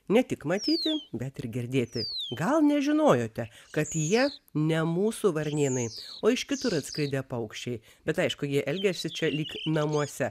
ne tik matyti bet ir girdėti gal nežinojote kad jie ne mūsų varnėnai o iš kitur atskridę paukščiai bet aišku jie elgiasi čia lyg namuose